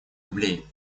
рублей